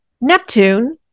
Neptune